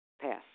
Pass